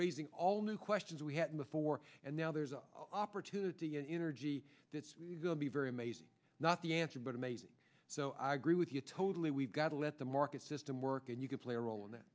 raising all new questions we had before and now there's an opportunity in energy that's going to be very amazing not the answer but amazing so i agree with you totally we've got to let the market system work and you can play a role in that